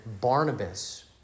Barnabas